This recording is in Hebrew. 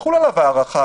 תחול עליו ההארכה,